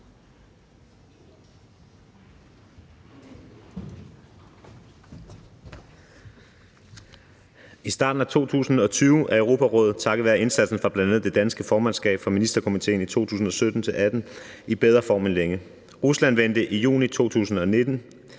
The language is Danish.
I Starten af 2020 er Europarådet takket være indsatsen fra bl.a. det danske formandskab for Ministerkomiteen i 2017-2018 i bedre form end længe. Rusland vendte i juni 2019